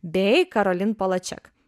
bei karolin polaček